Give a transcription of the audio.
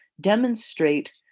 demonstrate